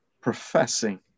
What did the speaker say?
professing